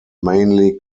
mainly